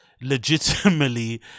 legitimately